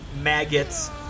maggots